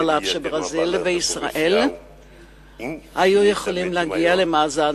אף שברזיל וישראל היו יכולות להגיע למאזן